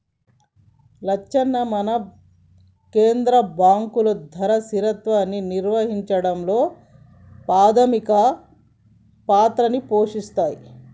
లచ్చన్న మన కేంద్ర బాంకులు ధరల స్థిరత్వాన్ని నిర్వహించడంలో పాధమిక పాత్రని పోషిస్తాయి